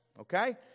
Okay